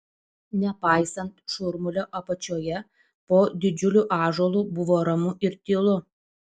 nepaisant šurmulio apačioje po didžiuliu ąžuolu buvo ramu ir tylu